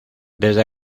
desde